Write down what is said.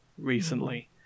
recently